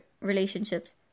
relationships